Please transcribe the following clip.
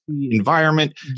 environment